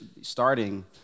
starting